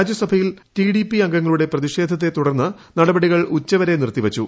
രാജ്യസഭയിൽ റ്റിഡിപി അംഗങ്ങളുടെ പ്രതിഷേധത്തെ തുടർന്ന് നടപടികൾ ഉച്ചവരെ നിർത്തി വച്ചു